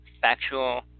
factual